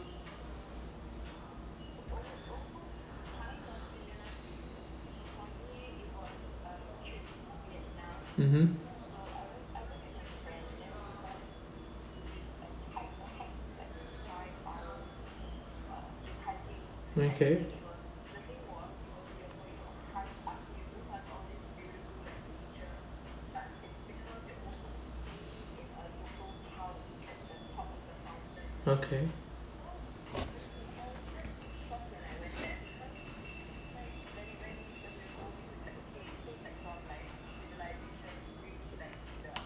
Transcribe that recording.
mmhmm okay okay